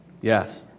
Yes